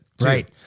Right